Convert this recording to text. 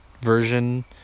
version